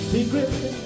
Secret